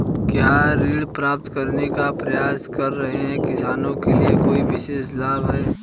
क्या ऋण प्राप्त करने का प्रयास कर रहे किसानों के लिए कोई विशेष लाभ हैं?